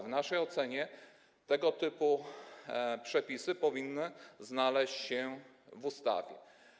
W naszej ocenie tego typu przepisy powinny znaleźć się w ustawie.